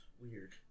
weird